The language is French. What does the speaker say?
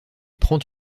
prend